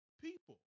people